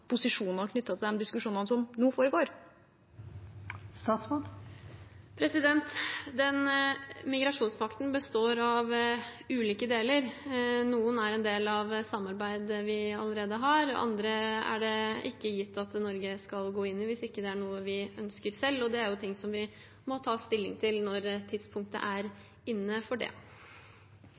til de diskusjonene som nå foregår? Den migrasjonspakten består av ulike deler. Noen er en del av samarbeid vi allerede har, andre er det ikke gitt at Norge skal gå inn i hvis det ikke er noe vi selv ønsker. Det er jo ting vi må ta stilling til når tidspunktet er inne for det.